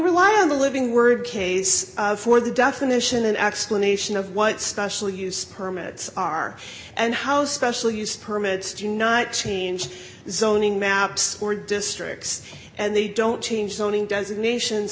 rely on the living word case for the definition an explanation of what stossel use permits are and how special use permits to night change zoning maps or districts and they don't change zoning designations